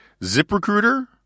ZipRecruiter